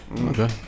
Okay